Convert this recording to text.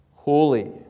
holy